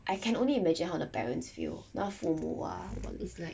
I can only imagine how the parents feel 那父母 ah